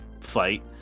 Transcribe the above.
fight